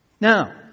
Now